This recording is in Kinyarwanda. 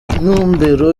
intumbero